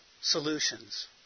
solutions